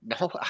No